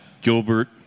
Gilbert